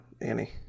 Annie